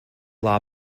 law